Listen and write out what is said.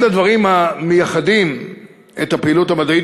אחד הדברים המייחדים את הפעילות המדעית